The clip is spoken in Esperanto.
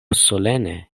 solene